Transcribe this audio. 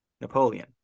Napoleon